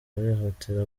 bihutira